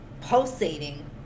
pulsating